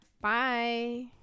Bye